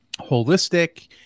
holistic